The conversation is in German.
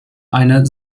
eine